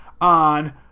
on